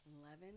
Eleven